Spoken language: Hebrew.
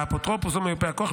האפוטרופוס או מיופה הכוח,